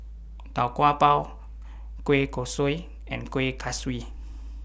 Tau Kwa Pau Kueh Kosui and Kueh Kaswi